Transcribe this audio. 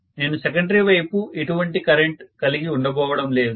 నేను సెకండరీ వైపు ఎటువంటి కరెంటు కలిగి ఉండబోవడం లేదు